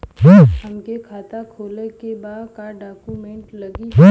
हमके खाता खोले के बा का डॉक्यूमेंट लगी?